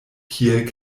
kiel